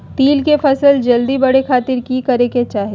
तिल के फसल जल्दी बड़े खातिर की करे के चाही?